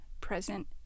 present